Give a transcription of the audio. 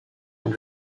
and